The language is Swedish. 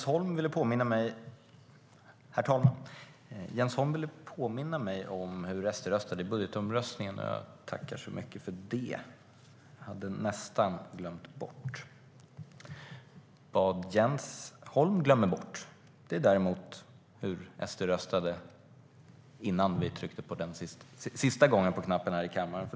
Herr talman! Jens Holm ville påminna mig om hur SD röstade i budgetomröstningen. Jag tackar så mycket för det; jag hade nästan glömt bort det. Vad Jens Holm glömmer bort är däremot hur SD röstade innan vi tryckte sista gången på knappen här i kammaren.